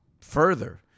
further